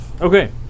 Okay